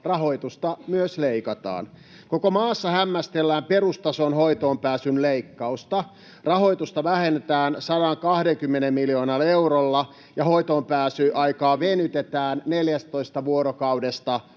rahoitusta myös leikataan. Koko maassa hämmästellään perustason hoitoonpääsyn leikkausta. Rahoitusta vähennetään 120 miljoonalla eurolla ja hoitoonpääsyaikaa venytetään 14 vuorokaudesta